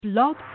Blog